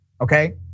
okay